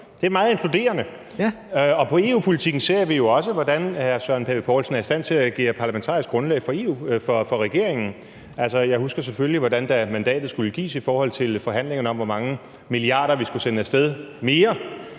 det er meget inkluderende, og i EU-politikken ser vi jo også, hvordan hr. Søren Pape Poulsen er i stand til at agere parlamentarisk grundlag for regeringen. Jeg husker selvfølgelig, hvordan hr. Søren Pape Poulsen, da mandatet skulle gives i forhold til forhandlingerne om, hvor mange milliarder mere vi skulle sende af sted, var